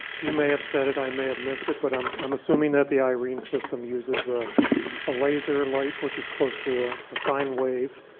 you may have said it, i may have missed it, but i'm i'm assuming that the irene system uses ah a laser light which is close to ah a sign wave,